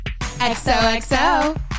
XOXO